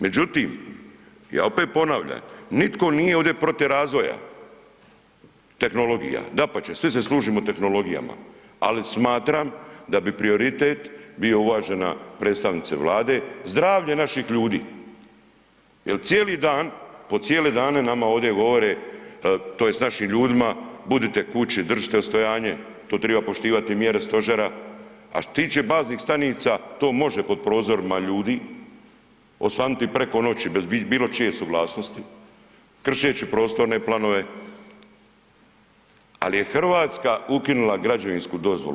Međutim, ja opet ponavljam, nitko nije ovdje protiv razvoja tehnologija dapače, svi se služimo tehnologijama, ali smatram da bi prioritet bio, uvažena predstavnice Vlade, zdravlje naših ljudi jel cijeli dan, po cijele dane nama ovdje govore tj. našim ljudima budite kući, držite ostojanje to triba poštivati mjere stožera, a što se tiče baznih stanica to može pod prozorima ljudi osvanuti preko noći bez bilo čije suglasnosti, kršeći prostorne planove, ali je Hrvatska ukinula građevinsku dozvolu.